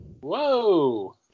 Whoa